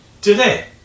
Today